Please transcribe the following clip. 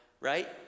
Right